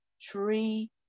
tree